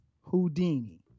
Houdini